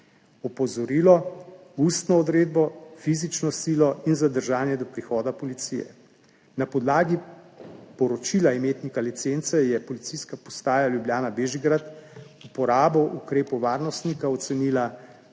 opozorilo, ustno odredbo, fizično silo in zadržanje do prihoda policije. Na podlagi poročila imetnika licence je Policijska postaja Ljubljana Bežigrad uporabo ukrepov varnostnika ocenila